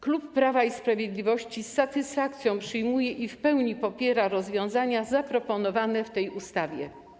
Klub Prawa i Sprawiedliwości z satysfakcją przyjmuje i w pełni popiera rozwiązania zaproponowane w tej ustawie.